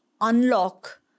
unlock